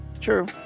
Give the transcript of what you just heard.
True